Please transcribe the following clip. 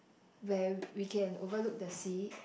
where we can overlook the sea